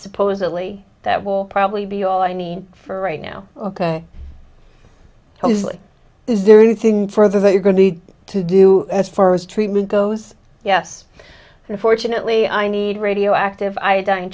supposedly that will probably be all i need for right now ok is there anything further that you're going to do as far as treatment goes yes unfortunately i need radioactive iodine